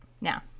Now